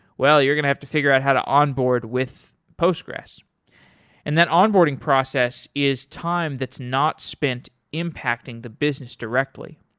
well you're going to have to figure out how to onboard with postgresql and that onboarding process is time that's not spent impacting the business directly.